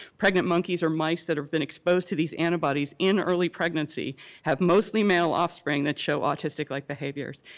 pregnant monkeys or mice that have been exposed to these antibodies in early pregnancy have mostly male offspring that show autistic-like behaviors.